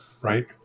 Right